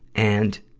and,